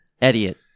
Idiot